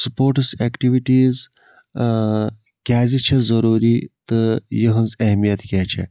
sports activities کیازِ چھِ ضوٚروٗری تہٕ یِہٕنٛز اہمیت کیاہ چھِ